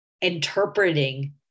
interpreting